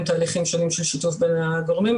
תהליכים שונים של שיתוף בין הגורמים,